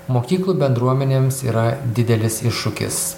mokyklų bendruomenėms yra didelis iššūkis